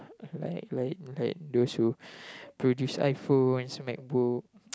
like like like those who those who produce iPhones MacBook